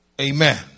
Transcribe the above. Amen